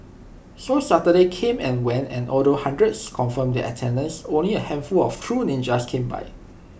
so Saturday came and went and although hundreds confirmed their attendance only A handful of true ninjas came by